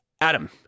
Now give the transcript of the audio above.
Adam